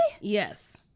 Yes